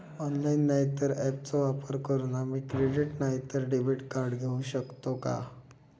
Online नाय तर ऍपचो वापर करून आम्ही क्रेडिट नाय तर डेबिट कार्ड घेऊ शकतो का?